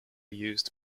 used